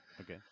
Okay